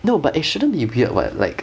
no but it shouldn't be weird what like